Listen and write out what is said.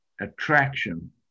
attraction